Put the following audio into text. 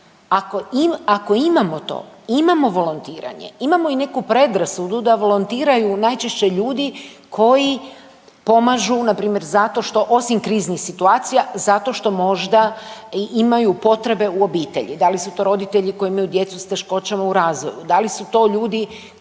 ako imamo to, imamo volontiranje, imamo i neku predrasudu da volontiraju najčešće ljudi koji pomažu, npr. zato što osim kriznih situacija, zato što možda imaju potrebe u obitelji, da li su to roditelji koji imaju djecu s teškoćama u razvoju, da li su to ljudi,